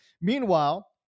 Meanwhile